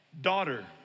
daughter